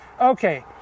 okay